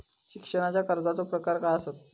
शिक्षणाच्या कर्जाचो प्रकार काय आसत?